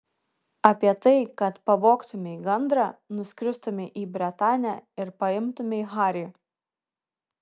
apie tai kad pavogtumei gandrą nuskristumei į bretanę ir paimtumei harį